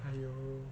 !aiyo!